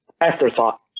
afterthought